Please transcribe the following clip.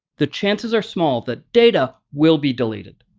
the chances are small that data will be deleted.